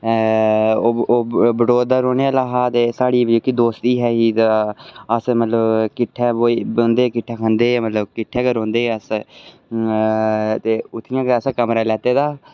ओह् बटोत दा रौह्ने आह्ला हा ते साढ़ी जेह्की दोस्ती ऐही अस मतलब किट्ठे बौहंदे किट्ठे खंदे मतलब किट्ठे गै रौह्ंदे हे अस ते उ'त्थें गै असें कमरा लैते दा हा